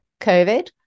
COVID